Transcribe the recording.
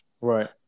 Right